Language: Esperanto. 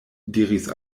diris